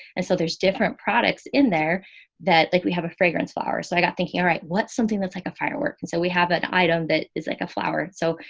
and so there's different products in there that like, we have a fragrance flower. so i got thinking, all right, what's something that's like a firework. and so we have an item that is like a flower. so,